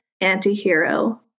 anti-hero